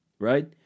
Right